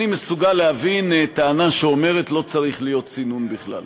אני מסוגל להבין טענה שאומרת: לא צריך להיות צינון בכלל.